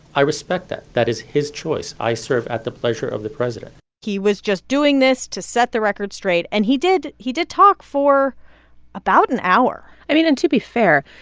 i respect that. that is his choice. i serve at the pleasure of the president he was just doing this to set the record straight. and he did he did talk for about an hour i mean, and to be fair,